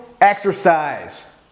exercise